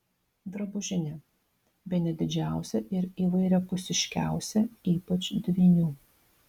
drabužinė bene didžiausia ir įvairiapusiškiausia ypač dvynių